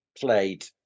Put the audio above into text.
played